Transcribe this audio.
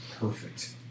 perfect